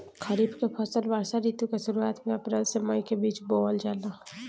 खरीफ के फसल वर्षा ऋतु के शुरुआत में अप्रैल से मई के बीच बोअल जाला